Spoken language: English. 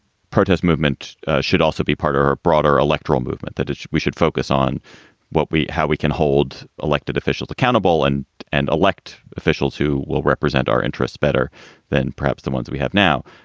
protest movement should also be part of her broader electoral movement that we should focus on what we how we can hold elected officials accountable and and elect officials who will represent our interests better than perhaps the ones we have now.